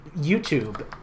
youtube